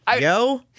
yo